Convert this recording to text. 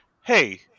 hey